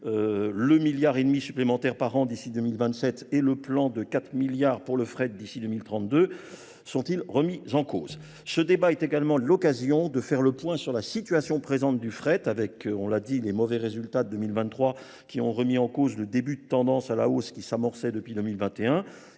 Le milliard et demi supplémentaire par an d'ici 2027 et le plan de 4 milliards pour le fret d'ici 2032 sont-ils remis en cause ? Ce débat est également l'occasion de faire le point sur la situation présente du fret avec, on l'a dit, les mauvais résultats de 2023. qui ont remis en cause le début de tendance à la hausse qui s'amorçait depuis 2021.